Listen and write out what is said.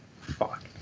Fuck